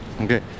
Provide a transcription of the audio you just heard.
Okay